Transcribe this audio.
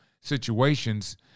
situations